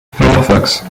firefox